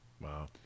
wow